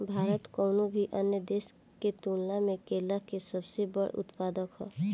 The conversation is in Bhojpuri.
भारत कउनों भी अन्य देश के तुलना में केला के सबसे बड़ उत्पादक ह